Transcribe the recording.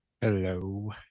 Hello